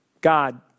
God